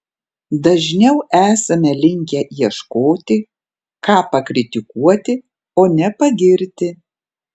dažniau esame linkę ieškoti ką pakritikuoti o ne pagirti